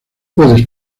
puedes